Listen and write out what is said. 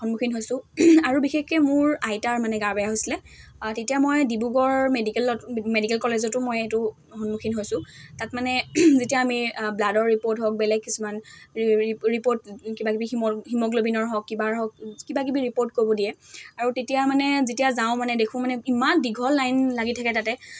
সন্মুখীন হৈছোঁ আৰু বিশেষকৈ মোৰ আইতাৰ মানে গা বেয়া হৈছিলে তেতিয়া মই ডিব্ৰুগড় মেডিকেলত মেডিকেল কলেজতো মই এইটো সন্মুখীন হৈছোঁ তাত মানে যেতিয়া আমি ব্লাডৰ ৰিপৰ্ট হওক বেলেগ কিছুমান ৰি ৰিপৰ্ট কিবা কিবি হিমোগ্ল'বিনৰ হওক কিবাৰ হওক কিবাকিবি ৰিপৰ্ট ক'ব দিয়ে আৰু তেতিয়া মানে যেতিয়া যাওঁ মানে দেখোঁ মানে ইমান দীঘল লাইন লাগি থাকে তাতে